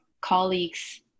colleagues